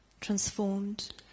transformed